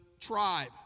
tribe